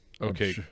Okay